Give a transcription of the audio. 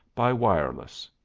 by wireless.